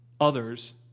others